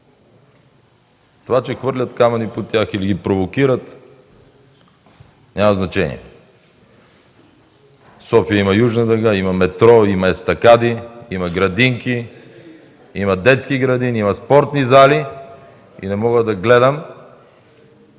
Това че хвърлят камъни по тях или ги провокират, няма значение. София има Южна дъга, има метро, има естакади, има градинки, има детски градини, има спортни зали и не мога да гледам